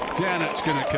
down it's going to